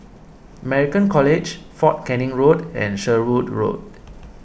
American College fort Canning Road and Sherwood Road